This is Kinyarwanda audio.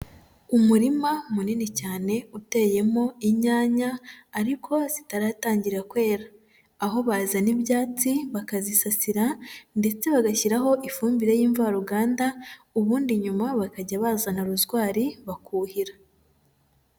Umurima munini cyane, uteyemo inyanya ariko zitaratangira kwera. Aho bazana ibyatsi bakazisatira ndetse bagashyiraho ifumbire y'imvaruganda, ubundi nyuma bakajya bazana rozwari bakuhira.